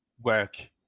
work